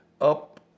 up